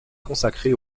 consacré